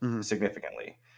significantly